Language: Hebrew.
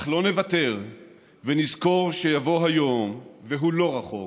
אך לא נוותר ונזכור שיבוא היום, והוא לא רחוק,